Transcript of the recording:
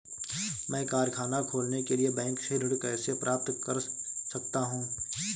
मैं कारखाना खोलने के लिए बैंक से ऋण कैसे प्राप्त कर सकता हूँ?